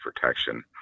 protection